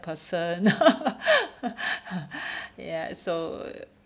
person ya so